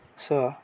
so